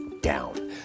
down